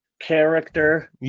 character